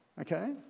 okay